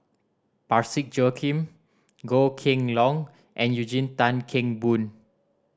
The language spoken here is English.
Parsick Joaquim Goh Kheng Long and Eugene Tan Kheng Boon